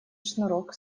шнурок